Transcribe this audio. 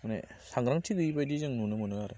माने सांग्रांथि गोयै बादि जों नुनो मोनो आरो